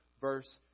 verse